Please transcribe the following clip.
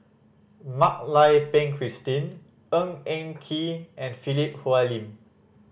Mak Lai Peng Christine Ng Eng Kee and Philip Hoalim